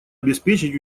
обеспечить